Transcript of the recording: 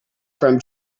from